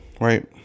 Right